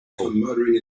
table